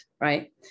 right